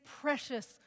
precious